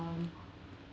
um